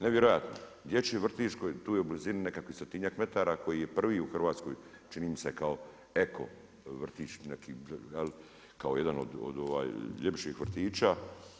Nevjerojatno, dječji vrtić tu je blizini, nekakvih stotinjak metara koji je prvi u Hrvatskoj čini mi se kao eko vrtić, kao je dan od ljepših vrtića.